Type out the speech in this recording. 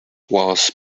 was